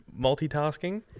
multitasking